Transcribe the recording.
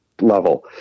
level